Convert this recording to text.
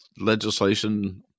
legislation